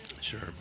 Sure